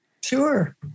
Sure